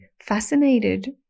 fascinated